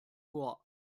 chor